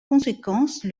conséquence